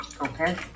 Okay